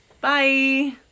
bye